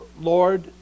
Lord